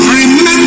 remember